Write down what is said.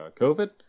COVID